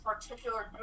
particular